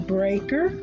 Breaker